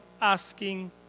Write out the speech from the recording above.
asking